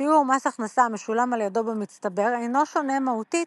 שיעור מס הכנסה המשולם על ידו במצטבר אינו שונה מהותית